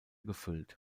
gefüllt